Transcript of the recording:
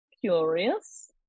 curious